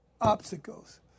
obstacles